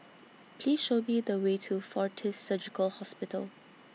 Please Show Me The Way to Fortis Surgical Hospital